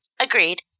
Agreed